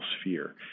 sphere